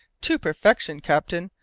to perfection, captain.